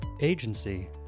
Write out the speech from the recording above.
Agency